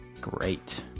Great